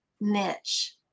niche